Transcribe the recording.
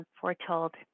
foretold